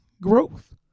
growth